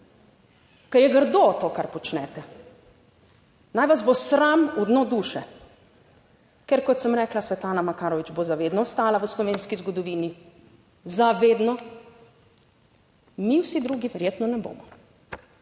Ker grdo to, kar počnete? Naj vas bo sram v dno duše, ker kot sem rekla, Svetlana Makarovič bo za vedno ostala v slovenski zgodovini, za vedno. Mi vsi drugi verjetno ne bomo.